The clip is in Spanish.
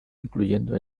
incluyendo